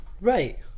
Right